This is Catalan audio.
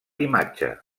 imatge